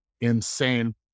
Insane